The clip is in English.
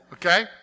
Okay